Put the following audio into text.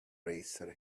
racer